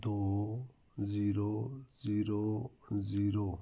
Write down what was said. ਦੋ zero zero zero